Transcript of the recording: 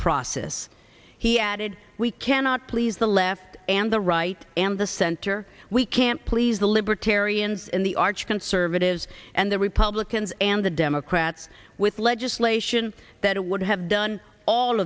process he added we cannot please the left and the right and the center we can't please the libertarians and the arch can services and the republicans and the democrats with legislation that would have done all